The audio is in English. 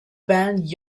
band